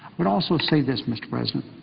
but also say this, mr. president.